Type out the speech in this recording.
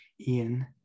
Ian